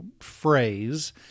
phrase